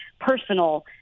personal